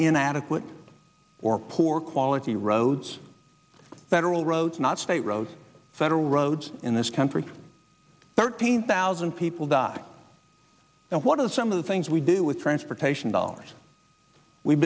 inadequate or poor quality roads federal roads not state roads federal roads in this country thirteen thousand people die now what are some of the things we do with transportation dollars we